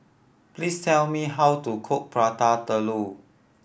please tell me how to cook Prata Telur